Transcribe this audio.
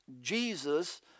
Jesus